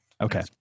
Okay